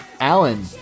Alan